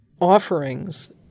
offerings